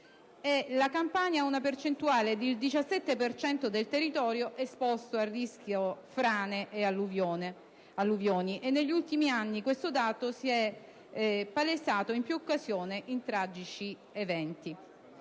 La Campania ha una percentuale del 17 per cento del territorio esposto a rischio frane e alluvioni e negli ultimi anni questo dato si è palesato in più occasioni in tragici eventi.